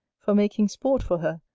for making sport for her,